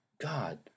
God